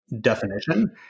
definition